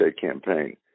campaign